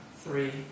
Three